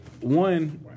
One